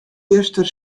juster